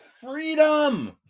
freedom